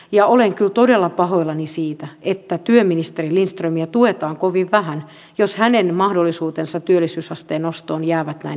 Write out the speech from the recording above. ja olen kyllä todella pahoillani siitä että työministeri lindströmiä tuetaan kovin vähän jos hänen mahdollisuutensa työllisyysasteen nostoon jäävät näin heikoiksi